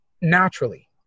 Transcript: naturally